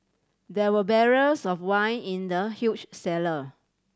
there were barrels of wine in the huge cellar